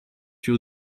your